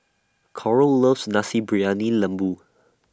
Coral loves Nasi Briyani Lembu